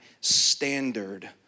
standard